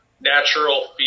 natural